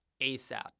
ASAP